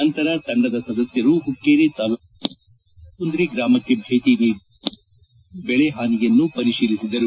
ನಂತರ ತಂಡದ ಸದಸ್ಕರು ಹುಕ್ಕೇರಿ ತಾಲೂಕಿನ ಬಡಕುಂದ್ರಿ ಗ್ರಾಮಕ್ಕೆ ಭೇಟಿ ನೀಡಿ ಸೋಯಾಬೀನ್ ಬೆಳೆ ಹಾನಿಯನ್ನು ಪರಿಶೀಲಿಸಿದರು